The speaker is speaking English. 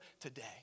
today